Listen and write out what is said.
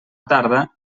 tarda